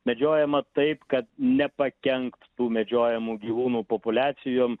medžiojama taip kad nepakenkt tų medžiojamų gyvūnų populiacijom